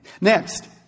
Next